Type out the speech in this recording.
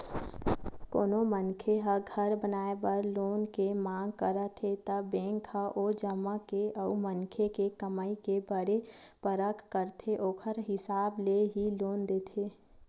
कोनो मनखे ह घर बनाए बर लोन के मांग करत हे त बेंक ह ओ जगा के अउ मनखे के कमई के बने परख करथे ओखर हिसाब ले ही लोन देथे